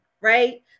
right